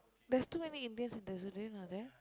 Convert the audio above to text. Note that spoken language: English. there's too many Indians in the